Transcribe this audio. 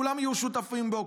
כולם יהיו שותפים בו,